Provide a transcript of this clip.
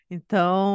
Então